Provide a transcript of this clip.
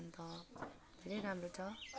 अन्त धेरै राम्रो छ